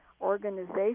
organization